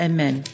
Amen